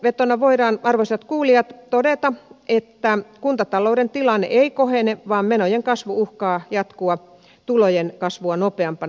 yhteenvetona voidaan arvoisat kuulijat todeta että kuntatalouden tilanne ei kohene vaan menojen kasvu uhkaa jatkua tulojen kasvua nopeampana